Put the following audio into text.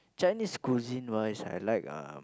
Chinese cuisine wise I like uh